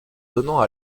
donnant